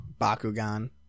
Bakugan